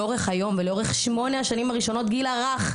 גיל הרך,